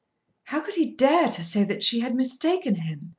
how could he dare to say that she had mistaken him?